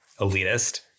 Elitist